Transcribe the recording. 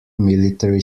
military